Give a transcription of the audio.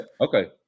okay